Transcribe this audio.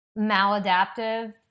maladaptive